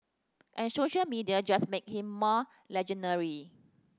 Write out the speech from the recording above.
and social media just make him more legendary